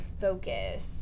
focus